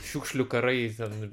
šiukšlių karai ten